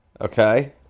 Okay